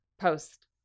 post